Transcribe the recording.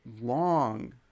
long